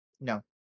No